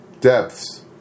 depths